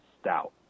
stout